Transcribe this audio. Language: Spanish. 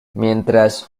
mientras